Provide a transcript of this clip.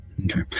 Okay